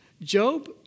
Job